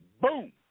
boom